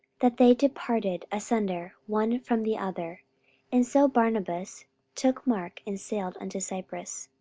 that they departed asunder one from the other and so barnabas took mark, and sailed unto cyprus